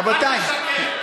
אל תשקר.